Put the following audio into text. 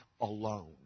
alone